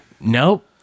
Nope